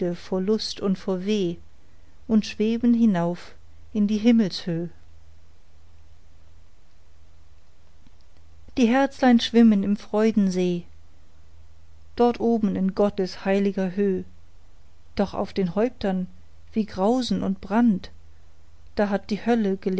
vor lust und vor weh und schweben hinauf in die himmelshöh die herzlein schwimmen im freudensee dort oben in gottes heilger höh doch auf den häuptern wie grausen und brand da hat die hölle